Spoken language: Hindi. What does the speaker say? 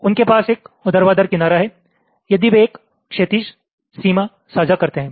उनके पास एक ऊर्ध्वाधर किनारा है यदि वे एक क्षैतिज सीमा साझा करते हैं